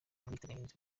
bwiteganyirize